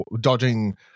Dodging